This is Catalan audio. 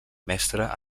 mestre